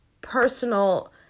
personal